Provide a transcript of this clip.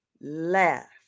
laugh